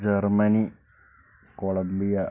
Germany Columbia